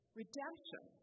redemption